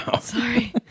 Sorry